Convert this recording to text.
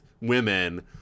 women